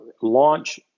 launch